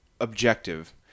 objective